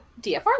dfr